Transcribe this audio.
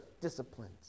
disciplines